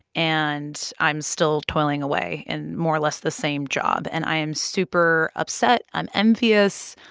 and i'm still toiling away in more or less the same job. and i am super upset. i'm envious.